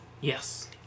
Yes